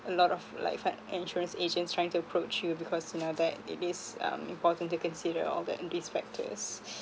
a lot of like find insurance agents trying to approach you because you know that it is um important to consider all that these factors